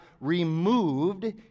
removed